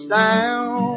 down